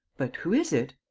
but who is it?